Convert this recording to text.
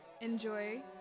Enjoy